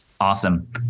Awesome